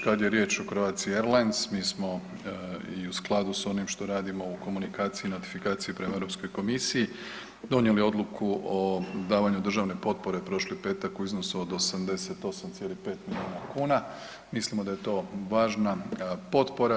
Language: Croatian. Kada je riječ o Croatia Airlines mi smo i u skladu s onim što radimo u komunikaciji notifikaciji prema Europskoj komisiji donijeli odluku o davanju državne potpore prošli petak u iznosu od 88,5 milijuna kuna, mislimo da je to važna potpora.